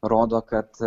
rodo kad